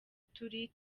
turi